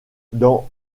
dans